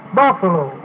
buffalo